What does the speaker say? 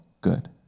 good